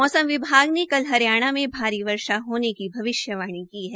मौसम विभाग ने कल हरियाणा में भारी वर्षा होने की भविष्यवाणी की है